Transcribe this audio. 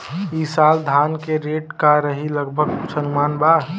ई साल धान के रेट का रही लगभग कुछ अनुमान बा?